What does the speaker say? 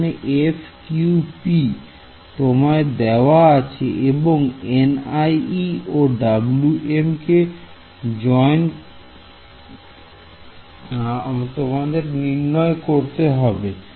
এইখানে f q p তোমায় দেওয়া রয়েছে এবং ও Wm কে জয়েন করতে হবে